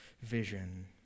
vision